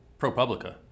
ProPublica